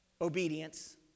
Obedience